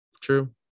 True